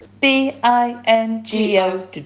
B-I-N-G-O